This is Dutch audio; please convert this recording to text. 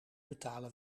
betalen